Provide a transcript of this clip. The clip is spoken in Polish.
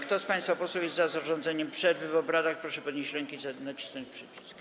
Kto z państwa posłów jest za zarządzeniem przerwy w obradach, proszę podnieść rękę i nacisnąć przycisk.